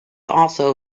also